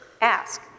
ask